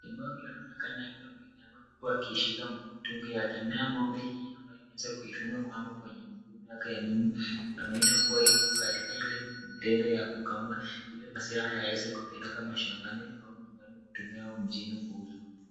Jamaa huyu ameinama, huku akioneoana kushika mtungi yake naye ng'ombe ambayo imeweza kufungwa kwenye mguu wake wa nyuma, inaonyesha iko katika ile matendo ya kukamua, ili maziwa yapelekwe nyumbani au katika mjini kuuzwa.